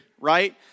right